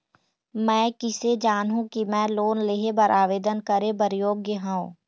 मैं किसे जानहूं कि मैं लोन लेहे बर आवेदन करे बर योग्य हंव?